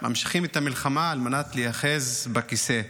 ממשיכים את המלחמה על מנת להיאחז בכיסא.